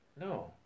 No